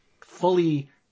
fully